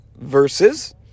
verses